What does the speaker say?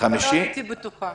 לא הייתי בטוחה.